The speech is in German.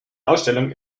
ausstellung